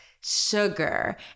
sugar